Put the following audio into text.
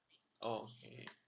oh okay